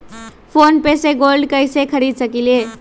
Phone पे से gold कईसे खरीद सकीले?